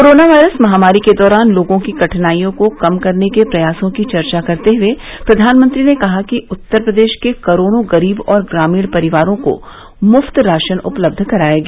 corona virus महामारी के दौरान लोगों की कठिनाईयों को कम करने के प्रयासों की चर्चा करते हुए प्रधानमंत्री ने कहा कि उत्तर प्रदेश के करोडों गरीब और ग्रामीण परिवारों को मुफ्त राशन उपलब्ध कराया गया